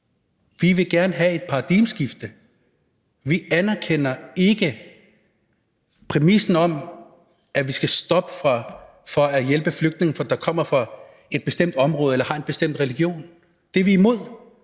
Vi vil gerne have et paradigmeskifte. Vi anerkender ikke præmissen om, at vi skal stoppe med at hjælpe flygtninge, der kommer fra et bestemt område eller har en bestemt religion. Det er vi imod.